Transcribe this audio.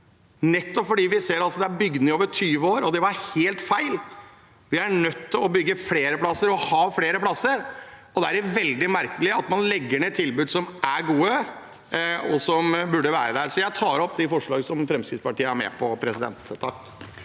Vi ser at det er bygd ned over 20 år, og det var helt feil. Vi er nødt til å bygge flere plasser og ha flere plasser. Da er det veldig merkelig at man legger ned tilbud som er gode, og som bør være der. Jeg tar opp det forslaget som Fremskrittspartiet er med på. Presidenten